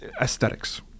aesthetics